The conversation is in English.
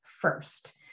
first